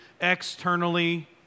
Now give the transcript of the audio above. externally